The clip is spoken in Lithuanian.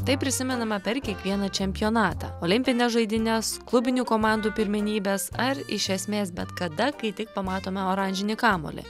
tai prisimename per kiekvieną čempionatą olimpines žaidynes klubinių komandų pirmenybes ar iš esmės bet kada kai tik pamatome oranžinį kamuolį